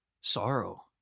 sorrow